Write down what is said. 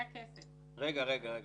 רגע, רגע.